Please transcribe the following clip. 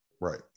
Right